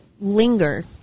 linger